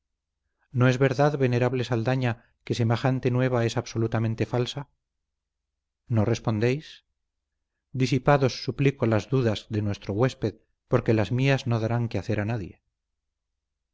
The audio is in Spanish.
no es verdad venerable saldaña que semejante nueva es absolutamente falsa no respondéis disipad os suplicó las dudas de nuestro huésped porque las mías no darán que hacer a nadie